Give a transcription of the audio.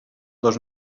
dos